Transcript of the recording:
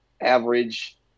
average